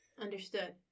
Understood